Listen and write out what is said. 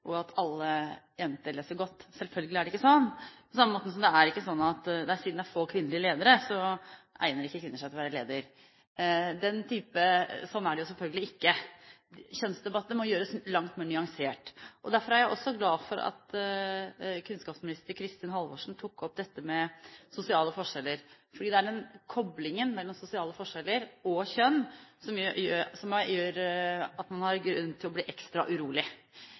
og at alle jenter leser godt. Selvfølgelig er det ikke sånn. På samme måten som det heller ikke er sånn at siden det er få kvinnelige ledere, egner ikke kvinner seg til å være ledere. Sånn er det jo selvfølgelig ikke. Kjønnsdebatten må gjøres langt mer nyansert. Derfor er jeg også glad for at kunnskapsminister Kristin Halvorsen tok opp dette med sosiale forskjeller, for det er den koblingen mellom sosiale forskjeller og kjønn som gjør at man har grunn til å bli ekstra urolig.